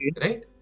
right